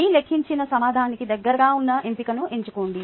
మీ లెక్కించిన సమాధానానికి దగ్గరగా ఉన్న ఎంపికను ఎంచుకోండి